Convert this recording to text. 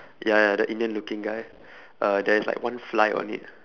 ya ya the indian looking guy uh there is like one fly on it